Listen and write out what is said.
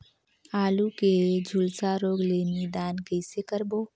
आलू के झुलसा रोग ले निदान कइसे करबो?